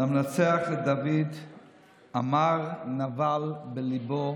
"למנצח לדוד אמר נבל בלבו